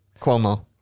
Cuomo